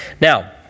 Now